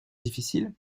difficile